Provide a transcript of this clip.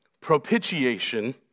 Propitiation